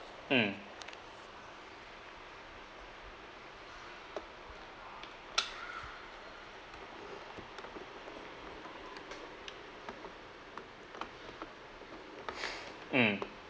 mm mm